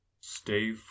Stay